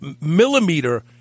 millimeter